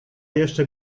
jeszcze